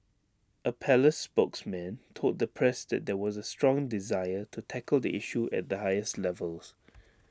A palace spokesman told the press that there was A strong desire to tackle the issue at the highest levels